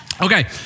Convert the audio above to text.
Okay